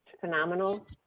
phenomenal